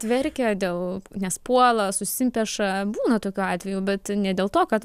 verkia dėl nes puola susipeša būna tokių atvejų bet ne dėl to kad